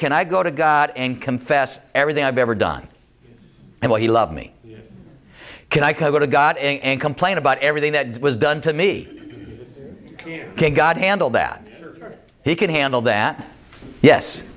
can i go to god and confess everything i've ever done and what he loves me can i can go to god and complain about everything that was done to me god handle that he can handle that yes